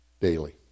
daily